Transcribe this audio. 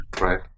Right